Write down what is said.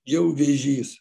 jau vėžys